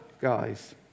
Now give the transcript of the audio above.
guys